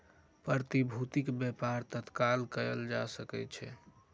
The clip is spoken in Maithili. प्रतिभूतिक व्यापार तत्काल कएल जा सकै छै